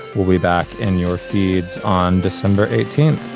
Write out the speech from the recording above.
we'll be back in your feeds on december eighteenth.